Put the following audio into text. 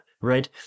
right